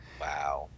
Wow